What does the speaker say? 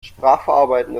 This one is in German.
sprachverarbeitende